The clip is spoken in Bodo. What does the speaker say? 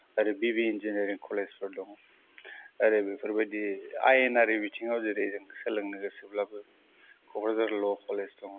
आरो बि बि इन्जिनियारिं कलेजबो दं आरो बेफोरबायदि आयेनारि बिथिङाव जेरै जों सोलोंनो गोसोब्लाबो क'क्राझर ल' कलेज दङ